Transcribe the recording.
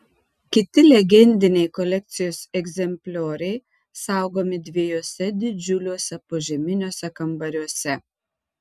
kiti legendiniai kolekcijos egzemplioriai saugomi dviejuose didžiuliuose požeminiuose kambariuose